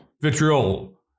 Vitriol